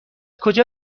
کجا